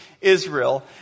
Israel